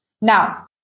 Now